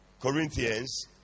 Corinthians